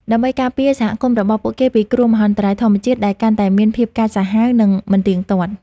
ដើម្បីការពារសហគមន៍របស់ពួកគេពីគ្រោះមហន្តរាយធម្មជាតិដែលកាន់តែមានភាពកាចសាហាវ និងមិនទៀងទាត់។